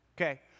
Okay